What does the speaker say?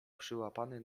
przyłapany